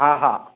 हा हा